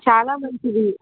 చాలా మంచిదీ